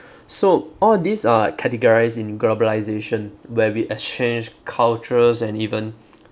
so all these are categorised in globalisation where we exchange cultures and even